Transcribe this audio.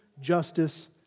justice